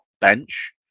bench